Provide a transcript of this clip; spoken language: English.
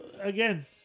Again